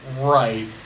Right